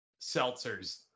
Seltzers